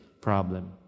problem